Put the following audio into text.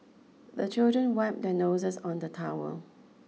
the children wipe their noses on the towel